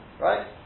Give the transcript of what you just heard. Right